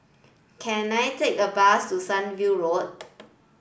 can I take a bus to Sunview Road